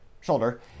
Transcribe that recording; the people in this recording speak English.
shoulder